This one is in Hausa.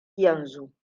yanzu